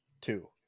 two